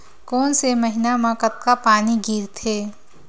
कोन से महीना म कतका पानी गिरथे?